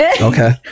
Okay